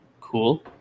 cool